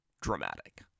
dramatic